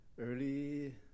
early